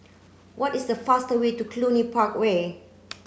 what is the fastest way to Cluny Park Way